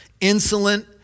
insolent